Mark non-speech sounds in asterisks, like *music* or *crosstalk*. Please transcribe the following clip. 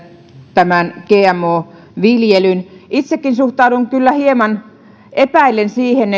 tämän gmo viljelyn itsekin suhtaudun kyllä hieman epäillen siihen *unintelligible*